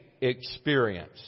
experience